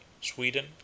Sweden